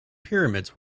pyramids